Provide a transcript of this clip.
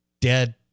dead